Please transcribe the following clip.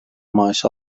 maaş